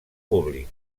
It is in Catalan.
públic